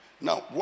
Now